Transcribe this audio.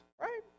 right